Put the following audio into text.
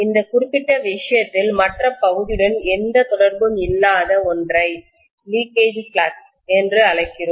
இந்த குறிப்பிட்ட விஷயத்தில் மற்ற பகுதியுடன் எந்த தொடர்பும் இல்லாத ஒன்றை லீக்கேஜ் ஃப்ளக்ஸ் கசிவு பாய்வு என்று அழைக்கிறோம்